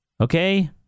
okay